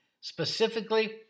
specifically